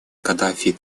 каддафи